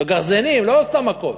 וגרזינים, לא סתם מכות.